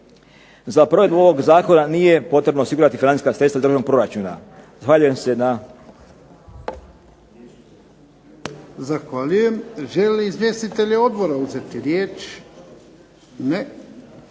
Za provedbu ovog zakona nije potrebno osigurati financijska sredstva iz državnog proračuna. Zahvaljujem se. **Jarnjak, Ivan (HDZ)** Zahvaljujem. Žele li izvjestitelji odbora uzeti riječ? Ne.